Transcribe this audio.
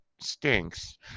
stinks